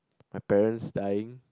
my parents dying